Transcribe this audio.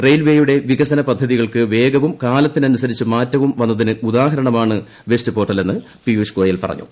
റെയിൽവേയുടെ വികസന പദ്ധതികൾക്ക് വേഗവും കാലത്തിനനുസരിച്ച് മാറ്റവും വന്നതിന് ഉദാഹരണമാണ് വെബ് പോർട്ടലെന്ന് പീയുഷ് ഗോയൽ പറഞ്ഞു